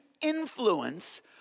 influence